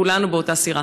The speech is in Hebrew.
כולנו באותה סירה.